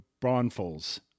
Braunfels